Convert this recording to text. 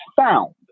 found